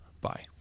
bye